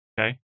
okay